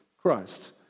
Christ